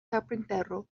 carpintero